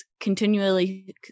continually